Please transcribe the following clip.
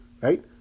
right